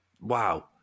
wow